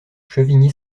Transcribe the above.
chevigny